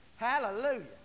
Hallelujah